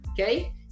Okay